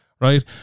right